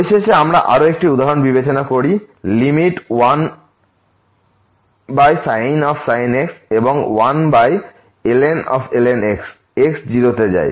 পরিশেষে আমরা আরও একটি উদাহরণ বিবেচনা করি এই limit 1sin x এবং 1ln x x 0 তে যায়